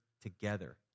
together